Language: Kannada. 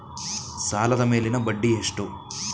ಸಾಲದ ಮೇಲಿನ ಬಡ್ಡಿ ಎಷ್ಟು?